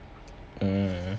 mm